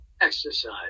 exercise